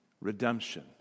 Redemption